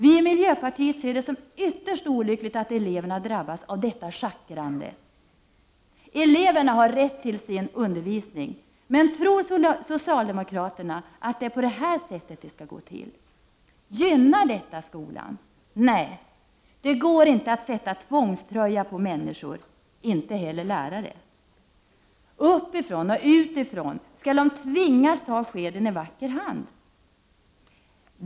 Vi i miljöpartiet ser det som ytterst olyckligt att eleverna drabbas av detta schackrande. Eleverna har rätt till sin undervisning, men tror socialdemokraterna att det är på detta sätt det skall gå till? Gynnar detta skolan? Nej, det går inte att sätta tvångströja på människor, inte heller på lärare. Uppifrån och utifrån skall de tvingas ta skeden i vacker hand.